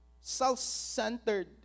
self-centered